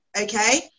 Okay